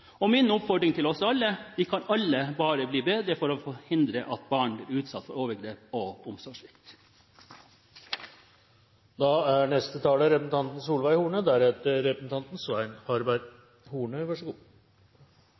Min oppfordring til oss alle er: Vi kan alle bli bedre på å forhindre at barn blir utsatt for overgrep og omsorgssvikt. I likhet med de foregående talere vil jeg takke interpellanten for å ta opp et så